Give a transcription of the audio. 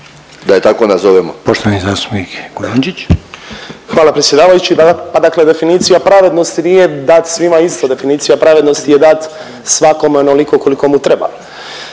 zastupnik Kujundžić. **Kujundžić, Ante (MOST)** Hvala predsjedavajući. Pa dakle, definicija pravednosti nije dati svima isto. Definicija pravednosti je dati svakom onoliko koliko mu treba.